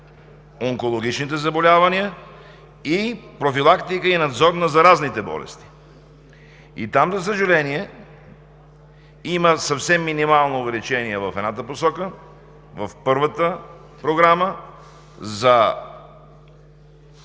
онкологичните заболявания, и „Профилактика и надзор на заразните болести“. Там, за съжаление, има съвсем минимално увеличение в едната посока – в първата програма за